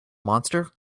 monster